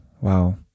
wow